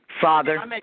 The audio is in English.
Father